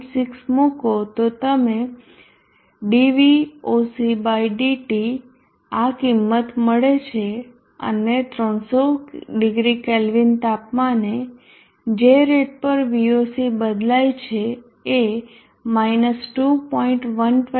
6 મુકો તો તમે d Voc બાય dT આ કિંમત મળે છે અને 300 ડિગ્રી કેલ્વિન તાપમાને જે રેટ પર Voc બદલાય છે એ -2